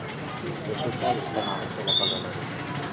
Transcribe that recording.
ప్రసిద్ధ విత్తనాలు తెలుపగలరు?